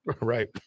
Right